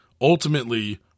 ultimately